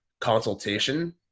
consultation